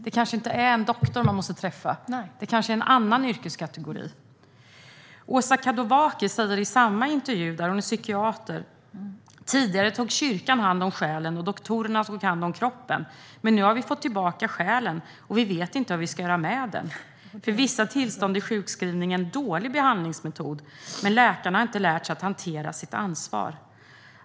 Det kanske inte är en doktor man måste träffa utan en annan yrkeskategori. Åsa Kadowaki, psykiater, säger i samma intervju: Tidigare tog kyrkan hand om själen, och doktorerna tog hand om kroppen. Men nu har vi fått tillbaka själen, och vi vet inte vad vi ska göra med den. För vissa tillstånd är sjukskrivning en dålig behandlingsmetod, men läkarna har inte lärt sig att hantera sitt ansvar.